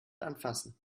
anfassen